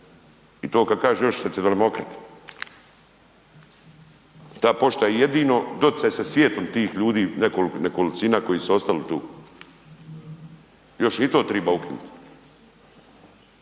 i to kad kažu još socijaldemokrati. Ta pošta je i jedino doticaj sa svijetom tih ljudi, nekolicina koji su ostali tu, još i to triba ukinut.